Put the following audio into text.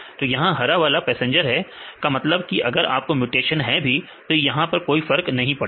तो यह हरा वाला पैसेंजर है का मतलब अगर आपको म्यूटेशन है भी तो भी कोई फर्क नहीं पड़ेगा